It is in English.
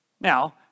now